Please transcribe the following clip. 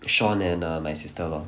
shaun and err my sister lor